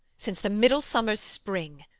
since the middle summer's spring,